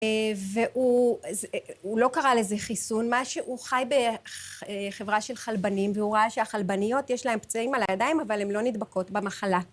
והוא לא קרא לזה חיסון, הוא חי בחברה של חלבנים והוא ראה שהחלבניות יש להן פצעים על הידיים אבל הן לא נדבקות במחלה.